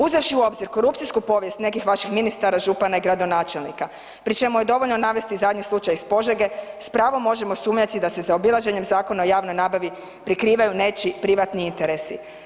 Uzevši u obzir korupcijsku povijest nekih vaših ministara, župana i gradonačelnika pri čemu je dovoljno navesti zadnji slučaj iz Požege, s pravom možemo sumnjati da se zaobilaženjem zakon o javnoj nabavi prikrivaju nečiji privatni interesi.